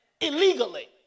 illegally